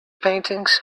paintings